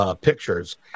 pictures